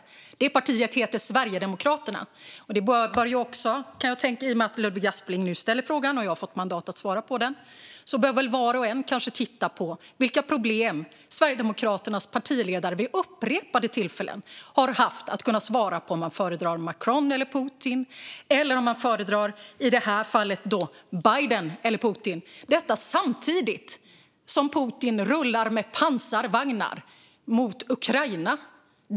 Det partiet heter Sverigedemokraterna. I och med att Ludvig Aspling nu har ställt frågan och jag har fått mandat att svara på den bör väl var och en kanske titta på vilka problem som Sverigedemokraternas partiledare vid upprepade tillfällen har haft att svara på om han föredrar Macron eller Putin eller om han föredrar, i detta fall, Biden eller Putin. Detta sker samtidigt som Putin rullar pansarvagnar mot Ukraina.